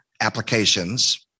applications